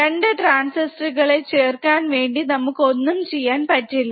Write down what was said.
രണ്ട് ട്രാൻസിറ്റട് കളെ ചേർക്കാൻ വേണ്ടി നമുക്ക് ഒന്നും ചെയ്യാൻ പറ്റില്ല